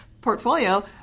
portfolio